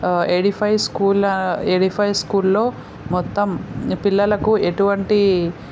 Edify స్కూల్లో Edify స్కూల్లో మొత్తం పిల్లలకు ఎటువంటి